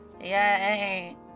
Yay